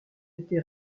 été